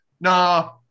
Nah